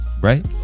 right